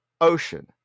ocean